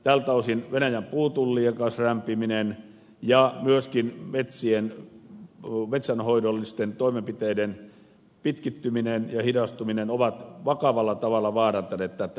tältä osin venäjän puutullien kanssa rämpiminen ja myöskin metsänhoidollisten toimenpiteiden pitkittyminen ja hidastuminen ovat vakavalla tavalla vaarantaneet tätä